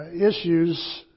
issues